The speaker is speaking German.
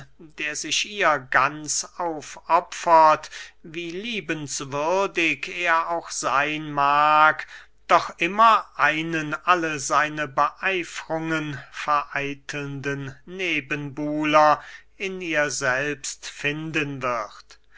der sich ihr ganz aufopfert wie liebenswürdig er auch seyn mag doch immer einen alle seine beeifrungen vereitelnden nebenbuhler in ihr selbst finden wird